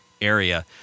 area